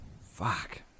Fuck